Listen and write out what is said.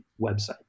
website